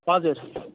हजुर